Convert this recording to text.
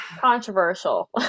Controversial